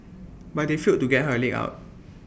but they failed to get her leg out